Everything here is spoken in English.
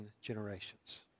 generations